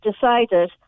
decided